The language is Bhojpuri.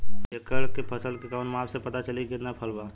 एक एकड़ फसल के कवन माप से पता चली की कितना फल बा?